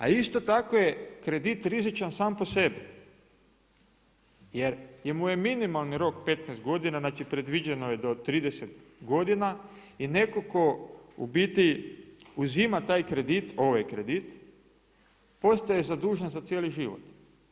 A isto tako je kredit rizičan sam po sebi jer mu je minimalni rok 15 godina, znači predviđeno je do 30 godina i netko tko u biti uzima taj kredit, ovaj kredit, postaje zadužen za cijeli život.